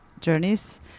journeys